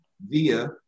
via